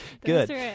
good